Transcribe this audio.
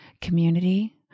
community